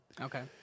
Okay